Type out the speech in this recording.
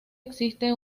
existe